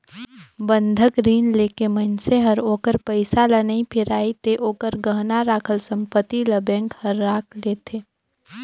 बंधक रीन लेके मइनसे हर ओखर पइसा ल नइ फिराही ते ओखर गहना राखल संपति ल बेंक हर राख लेथें